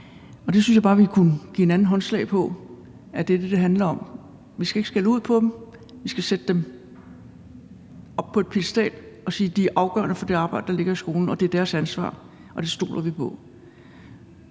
Jeg synes bare, vi kunne give hinanden håndslag på, at det er det, det handler om. Vi skal ikke skælde dem ud. Vi skal sætte dem op på en piedestal og sige, at de er afgørende for det arbejde, der ligger i skolen, og at det er deres ansvar, og at det stoler vi på.